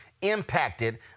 impacted